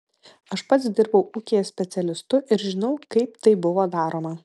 aš pats dirbau ūkyje specialistu ir žinau kaip tai buvo daroma